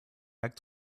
back